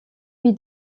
wie